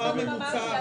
שכר ממוצע?